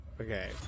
okay